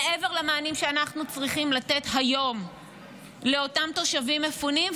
מעבר למענים שאנחנו צריכים לתת היום לאותם תושבים מפונים,